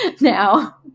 now